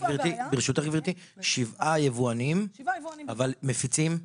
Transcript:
ברשותך גבירתי, שבעה יבואנים, אבל מפיצים?